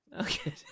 Okay